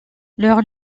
leur